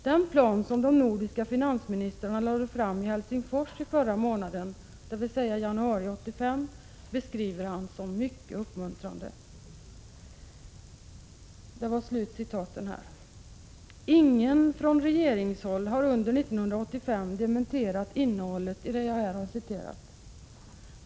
Den plan som de nordiska finansministrarna lade fram i Helsingfors i förra månaden beskriver han som mycket uppmuntrande. Ingen har från regeringshåll under 1985 dementerat innehållet i de uttalanden som jag nu återgivit.